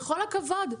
בכל הכבוד,